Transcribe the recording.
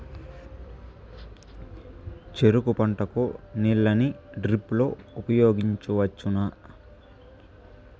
చెరుకు పంట కు నీళ్ళని డ్రిప్ లో ఉపయోగించువచ్చునా?